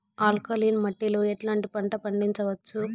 Alkaline మట్టి లో ఎట్లాంటి పంట పండించవచ్చు,?